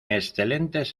excelentes